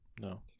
No